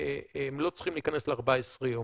הם לא צריכים להיכנס ל-14 יום.